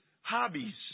hobbies